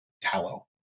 tallow